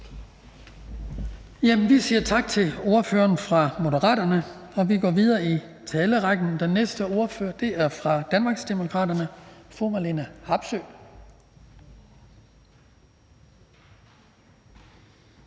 Vi siger tak til ordføreren for Moderaterne, og vi går videre i talerrækken. Den næste ordfører er fra Danmarksdemokraterne. Fru Marlene Harpsøe.